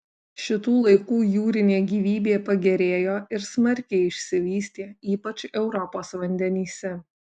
šitų laikų jūrinė gyvybė pagerėjo ir smarkiai išsivystė ypač europos vandenyse